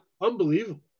unbelievable